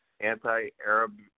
Anti-Arab